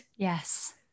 Yes